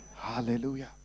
Hallelujah